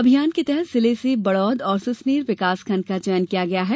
अभियान के तहत जिले से बड़ौद और सुसनेर विकासखंड का चयन किया गया है